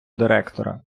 директора